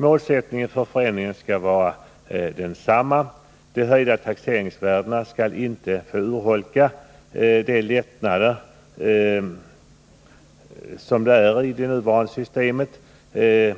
Målsättningen för förändringen skall vara densamma — de höjda taxerings Nr 51 värdena skall inte få urholka de lättnader som reduceringsreglerna i det nuvarande systemet ger.